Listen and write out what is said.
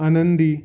आनंदी